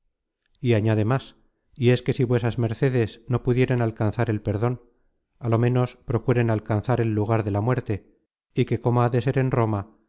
y añade más y es que si vuesas mercedes no pudieren alcan zar el perdon á lo menos procuren alcanzar el lugar de la muerte y que como ha de ser en roma